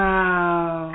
Wow